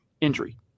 injury